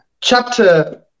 Chapter